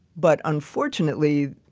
but unfortunately,